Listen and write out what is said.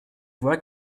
vois